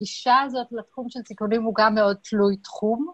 גישה הזאת לתחום של סיכונים הוא גם מאוד תלוי תחום.